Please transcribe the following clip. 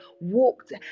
walked